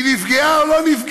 היא נפגעה או לא נפגעה?